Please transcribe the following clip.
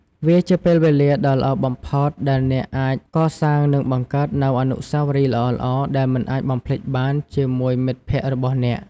វាជាពេលវេលាដ៏ល្អបំផុតដែលអ្នកអាចកសាងនិងបង្កើតនូវអនុស្សាវរីយ៍ល្អៗដែលមិនអាចបំភ្លេចបានជាមួយមិត្តភក្តិរបស់អ្នក។